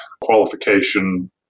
qualification